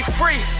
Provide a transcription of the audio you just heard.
free